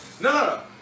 No